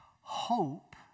Hope